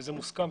וזה מוסכם,